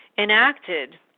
enacted